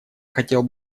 хотел